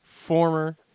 Former